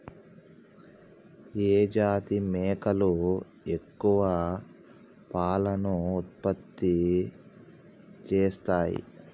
ఏ జాతి మేకలు ఎక్కువ పాలను ఉత్పత్తి చేస్తయ్?